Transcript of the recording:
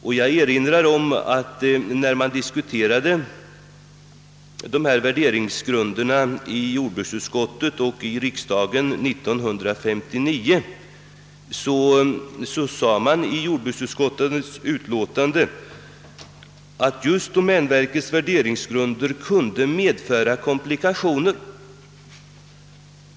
När frågan om dessa värderingsgrunder behandlades av riksdagen år 1959, så anförde jordbruksutskottet, att domänverkets värderingsgrunder kunde medföra komplikationer.